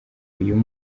uyu